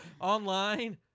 Online